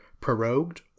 prorogued